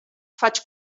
faig